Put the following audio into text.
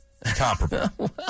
comparable